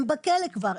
הם בכלא כבר,